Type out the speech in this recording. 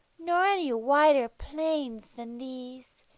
nor any wider plains than these,